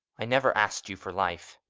i never asked you for life.